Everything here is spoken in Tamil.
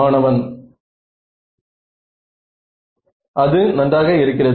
மாணவன் அது நன்றாக இருக்கிறது